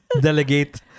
delegate